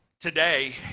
Today